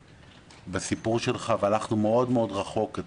בסיפור שלך והלכנו מאוד מאוד רחוק.